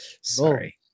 Sorry